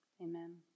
Amen